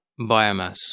biomass